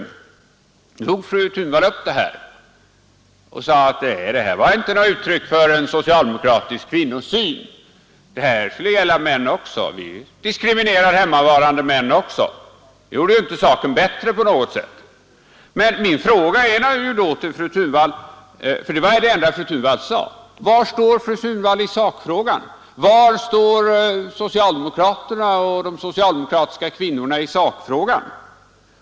Nu tog fru Thunvall upp det här och sade: ”Det är inte något uttryck för en socialdemokratisk kvinnosyn, utan vi diskriminerar hemmavarande män också.” Det gjorde ju inte saken bättre på något sätt och det var det enda fru Thunvall sade. Min fråga blir naturligtvis då: Var står fru Thunvall, var står socialdemokraterna och de socialdemokratiska kvinnorna i sakfrågan?